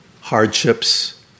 hardships